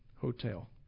hotel